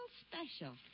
special